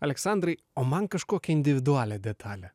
aleksandrai o man kažkokią individualią detalę